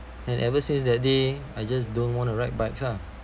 and ever since that day I just don't want to ride bikes lah